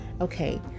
okay